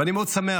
ואני מאוד שמח.